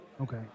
Okay